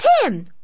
tim